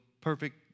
perfect